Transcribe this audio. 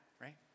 right